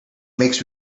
makes